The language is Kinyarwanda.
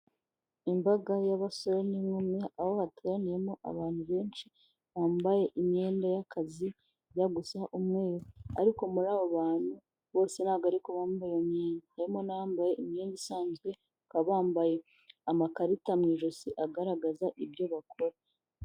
Imbaga y'abasore n'inkumi, aho bateraniyemo abantu benshi bambaye imyenda y'akazi ijya gusa umweru. Ariko muri aba bantu bose ntago ari ko bambaye iyo myenda. Harimo n'abambaye imyenda isanzwe, bakaba bambaye amakarita mu ijosi agaragaza ibyo bakora.